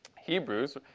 Hebrews